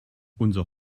unser